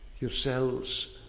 yourselves